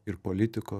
ir politikų